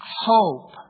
hope